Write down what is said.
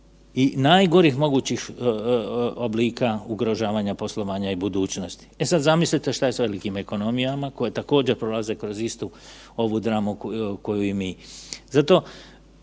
i najgorih mogućih oblika ugrožavanja poslovanja i budućnosti. E sada zamislite što je sa velikim ekonomijama koje također prolaze kroz istu ovu dramu kao i mi.